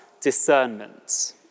discernment